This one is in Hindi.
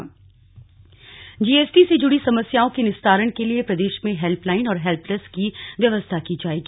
बैठक जीएसटी से जुड़ी समस्याओं के निस्तारण के लिए प्रदेश में हेल्प लाइन और हेल्प डेस्क की व्यवस्था की जाएगी